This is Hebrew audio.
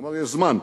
הוא אמר: יש זמן.